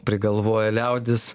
prigalvoja liaudis